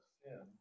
sin